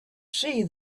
see